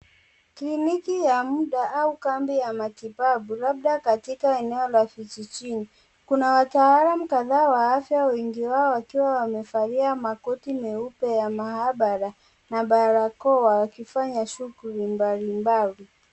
Kliniki ya muda au kambi ya matibabu labda katika eneo la kijijini, kuna wataalam kadhaa wa afya wengi wao wakiwa wamevalia makoti meupe ya maabara na barakoa, wakifanya shughuli mbalimbali.